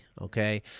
okay